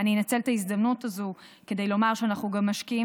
אני אנצל את ההזדמנות הזאת כדי לומר שאנחנו גם משקיעים